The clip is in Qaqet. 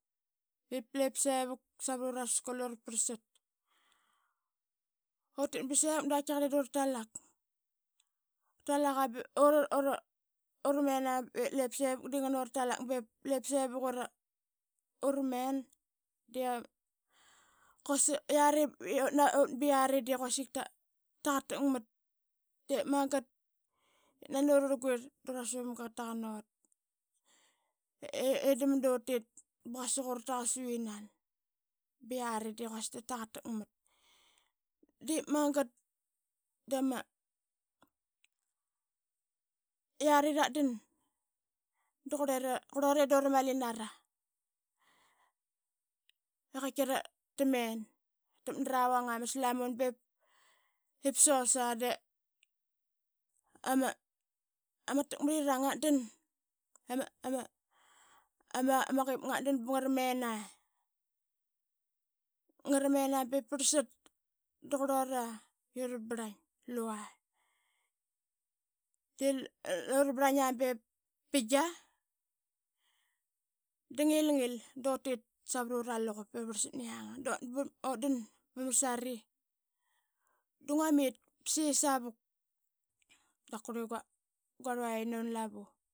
Ip lip sevuk savrura skul i ura prlsat. Utit ba sevuk, da qaitkaqarl idura talak, ura talaqa be ura mena be lip sivuk dangan urtalak be lip sevuk i ura men, de ya quasik yari yut nara de quasik tataqatakmat. Dep magat it nani urarlguirl da ura suvamga qataqan ut edamadu tit ba quasik ura taqasu inan? Ba yari de quasik tatakatmat. Diip magat dama yari ratdan da qurlure dura mali nara i qaitki ramen. Tatakmat nara vang ama slamun be sosa de ama takmrirang ngatdan. Ama Ama Ama qip ngat dan ba ngra men a ngra mena be prlsat daqurlura i ura brlain lura de ura brlaina bep bingia da ngilngil dut it savrura luqup i vrlsat na yanga dut dan ba msari da ngua mit be saqi savuk da qurli gua ruvaqi yan uma lava.